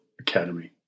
Academy